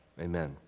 Amen